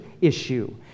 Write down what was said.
issue